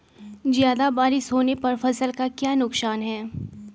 ज्यादा बारिस होने पर फसल का क्या नुकसान है?